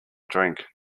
drink